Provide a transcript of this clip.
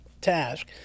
task